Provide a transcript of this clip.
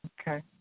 Okay